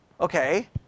Okay